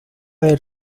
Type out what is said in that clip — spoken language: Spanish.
del